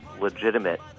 legitimate